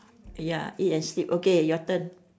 ya eat and sleep okay your turn